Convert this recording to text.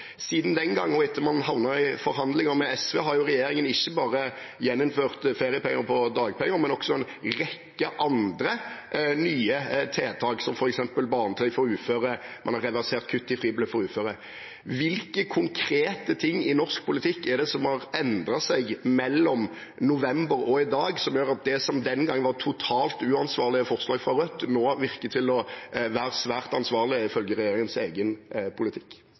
Siden den gang, og etter at man havnet i forhandlinger med SV, har jo regjeringen ikke bare gjeninnført feriepenger på dagpenger, men også en rekke andre nye tiltak, som f.eks. barnetrygd for uføre, og man har reversert kuttet i fribeløpet for uføre. Hvilke konkrete ting i norsk politikk er det som har endret seg mellom november og i dag som gjør at det som den gang var totalt uansvarlige forslag fra Rødt, nå virker å være svært ansvarlige, ifølge regjeringens egen politikk?